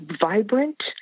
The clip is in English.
vibrant